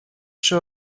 przy